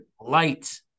light